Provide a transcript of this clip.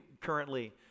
currently